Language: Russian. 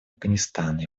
афганистана